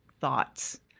thoughts